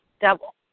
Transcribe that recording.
double